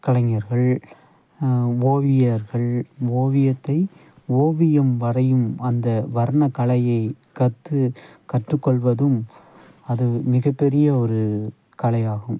கலைஞர்கள் ஓவியர்கள் ஓவியத்தை ஓவியம் வரையும் அந்த வர்ணக் கலையைக் கற்று கற்றுக்கொள்வதும் அது மிகப்பெரிய ஒரு கலையாகும்